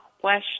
question